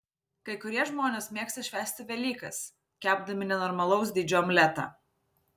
kai kurie žmonės mėgsta švęsti velykas kepdami nenormalaus dydžio omletą